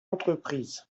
entreprise